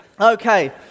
Okay